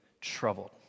troubled